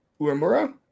Uemura